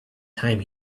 time